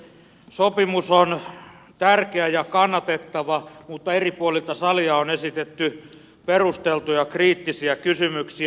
sopimus on tärkeä ja kannatettava mutta eri puolilta salia on esitetty perusteltuja kriittisiä kysymyksiä